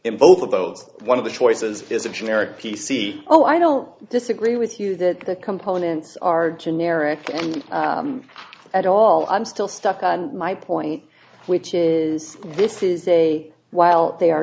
in both of those one of the choices physics generic p c oh i don't disagree with you that the components are generic and at all i'm still stuck on my point which is this is a while they are